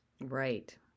Right